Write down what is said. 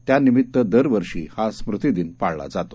त्यानिमीत्त दरवर्षी हा स्मृतीदिन पाळला जातो